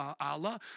Allah